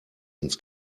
ins